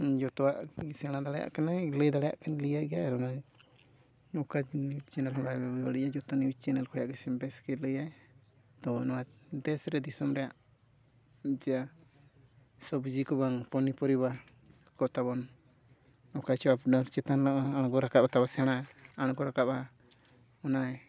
ᱡᱚᱛᱚᱣᱟᱜ ᱥᱮᱬᱟ ᱫᱟᱲᱮᱭᱟᱜ ᱠᱟᱱᱟᱭ ᱞᱟᱹᱭ ᱫᱟᱲᱮᱭᱟᱜ ᱠᱷᱟᱱ ᱞᱟᱹᱭ ᱜᱮᱭᱟᱭ ᱟᱨ ᱚᱠᱟ ᱪᱮᱱᱮᱞ ᱦᱚᱸ ᱵᱟᱭ ᱵᱟᱹᱲᱤᱡᱽ ᱟ ᱡᱚᱛᱚ ᱱᱤᱭᱩᱡᱽ ᱪᱮᱱᱮᱞ ᱠᱷᱚᱱᱟᱜ ᱜᱮ ᱵᱮᱥ ᱜᱮ ᱞᱟᱹᱭᱟᱭ ᱛᱳ ᱱᱚᱣᱟ ᱫᱮᱥ ᱨᱮᱭᱟᱜ ᱫᱤᱥᱚᱢ ᱨᱮᱭᱟᱜ ᱡᱮ ᱥᱚᱵᱽᱡᱤ ᱠᱚ ᱵᱟᱝ ᱯᱚᱱᱤ ᱯᱚᱨᱤᱵᱟᱨ ᱠᱚ ᱛᱟᱵᱚᱱ ᱱᱚᱝᱠᱟ ᱪᱟᱯ ᱪᱮᱛᱟᱱ ᱦᱟᱸᱜ ᱟᱬᱜᱚ ᱨᱟᱠᱟᱵ ᱠᱟᱛᱮᱫ ᱵᱚᱱ ᱥᱮᱬᱟ ᱟᱬᱜᱚ ᱨᱟᱠᱟᱵᱼᱟ ᱚᱱᱟ